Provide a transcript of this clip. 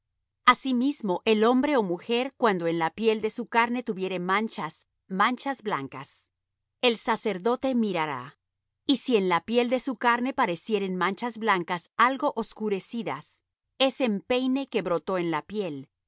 asimismo el hombre ó mujer cuando en la piel de su carne tuviere manchas manchas blancas el sacerdote mirará y si en la piel de su carne parecieren manchas blancas algo oscurecidas es empeine que brotó en la piel